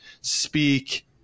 speak